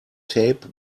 tape